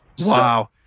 Wow